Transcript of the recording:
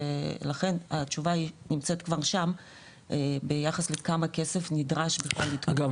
ולכן התשובה היא נמצאת כבר שם ביחס לכמה כסף נדרש --- אגב,